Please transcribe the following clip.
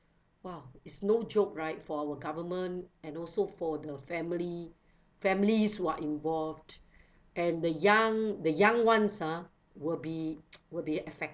!wow! it's no joke right for our government and also for the family families who are involved and the young the young ones ah will be will be affected